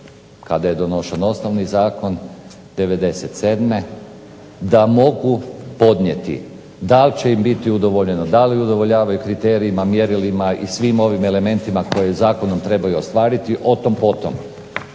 kada je donošen osnovni zakon 97. da mogu podnijeti da li će im biti udovoljeno, da li udovoljavaju kriterijima, mjerilima i svim ovim elementima koje zakonom trebaju ostvariti o tom po tom,